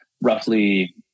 roughly